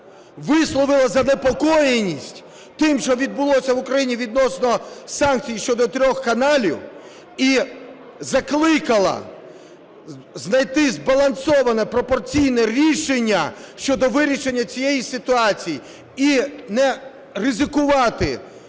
висловила занепокоєність тим, що відбулося в Україні відносно санкцій щодо трьох каналів і закликала знайти збалансоване пропорційне рішення щодо вирішення цієї ситуації і не ризикувати